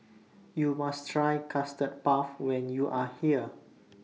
YOU must Try Custard Puff when YOU Are here